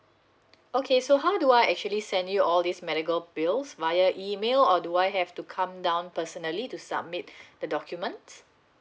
okay so how do I actually send you all these medical bills via email or do I have to come down personally to submit the documents